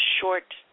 short